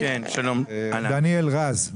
דניאל רז.